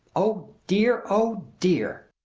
oh, dear! oh, dear!